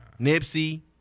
Nipsey